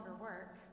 work